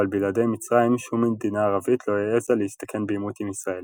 אבל בלעדי מצרים שום מדינה ערבית לא העזה להסתכן בעימות עם ישראל.